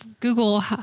Google